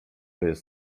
jest